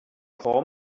call